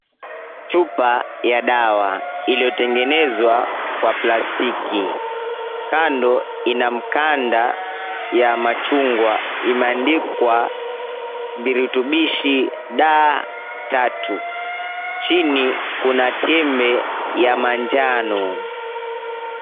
Chupa ya dawa iliyotengenezwa kwa plastiki, kando ina mkanda ya machungwa imeandikwa, "Virutubishi D3," chini kuna tembe ya manjano.